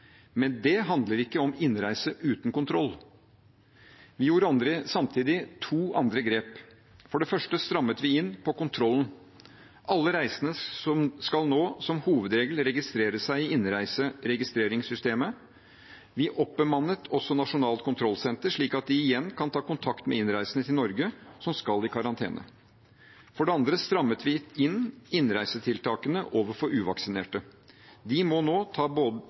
Men det handler ikke om innreise uten kontroll. Vi gjorde samtidig to andre grep: For det første strammet vi inn på kontrollen. Alle reisende skal nå som hovedregel registrere seg i innreiseregistreringssystemet. Vi oppbemannet også Nasjonalt kontrollsenter, slik at de igjen kan ta kontakt med innreisende til Norge som skal i karantene. For det andre strammet vi inn innreisetiltakene overfor uvaksinerte. De må nå både ta